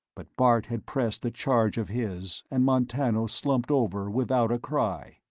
but bart had pressed the charge of his, and montano slumped over without a cry.